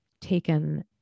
taken